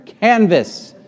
canvas